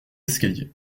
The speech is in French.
escaliers